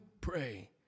pray